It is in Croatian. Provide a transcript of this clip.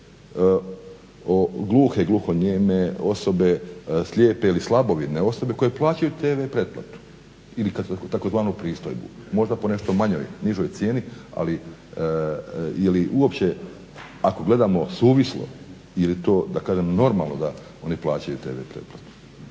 gluhe, gluhonijeme osobe, slijepe ili slabovidne osobe koje plaćaju tv pretplatu ili tzv. pristojbu. Možda po nešto manjoj, nižoj cijeni ali je li uopće ako gledamo suvislo je li to, da kažem normalno da oni plaćaju tv pretplatu,